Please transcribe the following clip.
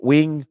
Wing